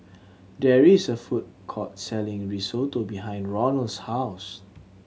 there is a food court selling Risotto behind Ronal's house